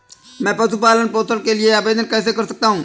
मैं पशु पालन पोषण के लिए आवेदन कैसे कर सकता हूँ?